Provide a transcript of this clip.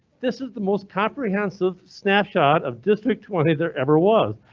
this is the most comprehensive snapshot of district twenty there ever was.